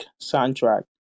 soundtrack